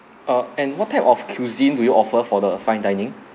uh and what type of cuisine do you offer for the fine dining